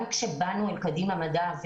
גם כשבאנו אל קדימה מדע,